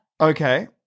Okay